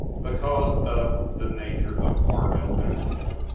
because of the nature of barbell exercises.